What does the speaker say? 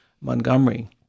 Montgomery